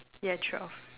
there are twelve